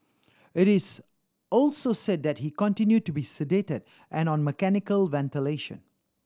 it is also said that he continued to be sedated and on mechanical ventilation